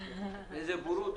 אומנם כן יש איזושהי חובת